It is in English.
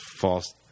false